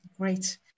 Great